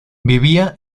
vivía